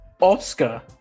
Oscar